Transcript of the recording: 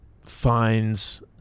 finds